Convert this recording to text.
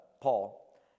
Paul